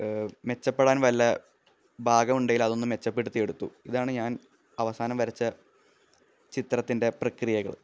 മെച്ചപ്പെടാന് വല്ല ഭാഗം ഉണ്ടേല് അതൊന്നു മെച്ചപ്പെടുത്തി എടുത്തു ഇതാണ് ഞാന് അവസാനം വരച്ച ചിത്രത്തിന്റെ പ്രക്രിയകള്